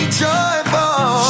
joyful